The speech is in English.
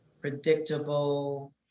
predictable